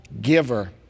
giver